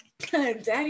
Daddy